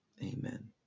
Amen